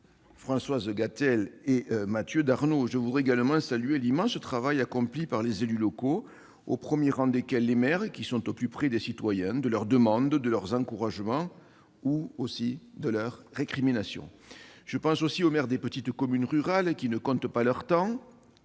Françoise Gatel et Mathieu Darnaud. Je salue également l'immense travail accompli par les élus locaux, au premier rang desquels les maires, qui sont au plus près des citoyens, de leurs demandes, de leurs encouragements ou de leurs récriminations. Je pense aussi aux maires des petites communes rurales, qui ne comptent pas leur temps